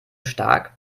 stark